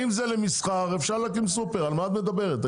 אם זה למסחר אפשר להקים סופר, על מה את מדברת?